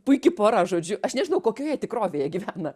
puiki pora žodžiu aš nežinau kokioje tikrovėje gyvena